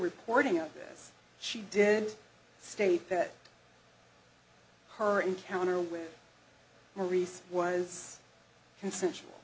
reporting of this she did state that her encounter with maurice was consensual